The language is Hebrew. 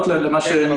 שאלה.